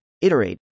Iterate